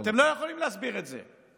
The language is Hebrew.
אתם לא יכולים להסביר את זה.